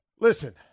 Listen